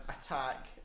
attack